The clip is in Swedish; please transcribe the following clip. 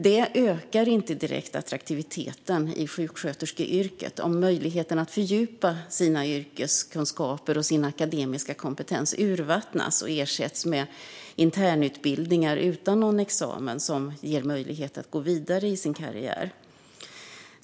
Det ökar inte direkt attraktiviteten i sjuksköterskeyrket om möjligheten att fördjupa sina yrkeskunskaper och sin akademiska kompetens urvattnas och ersätts med internutbildningar utan någon examen som ger möjlighet att gå vidare i sin karriär.